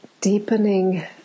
deepening